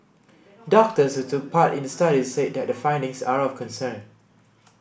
doctors who took part in the study said that the findings are of concern